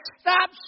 stop